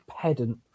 pedant